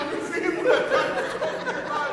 על תמנונים הוא נתן פטור ממס.